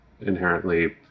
inherently